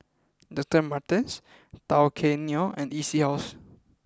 Doctor Martens Tao Kae Noi and E C House